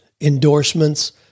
endorsements